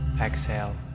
exhale